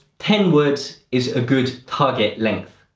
ten words is a good target length,